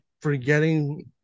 forgetting